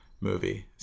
movie